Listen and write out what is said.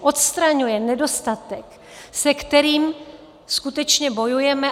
Odstraňuje nedostatek, se kterým skutečně bojujeme.